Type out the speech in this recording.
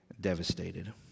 devastated